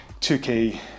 2k